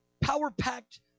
power-packed